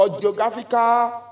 geographical